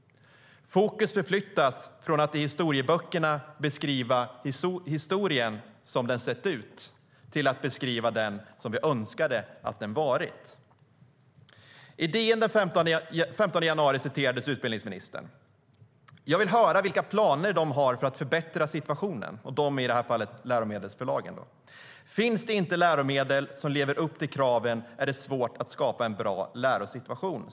Fokus förflyttas från att i historieböckerna beskriva historien som den sett ut till att beskriva den som vi önskade att den varit."Jag vill höra vilka planer de har för att förbättra situationen." De är i det här fallet läromedelsförlagen. "Finns det inte läromedel som lever upp till kraven är det svårt att skapa en bra lärosituation.